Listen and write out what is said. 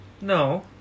No